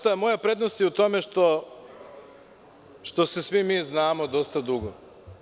Moja prednost je u tome što se mi svi znamo dugo.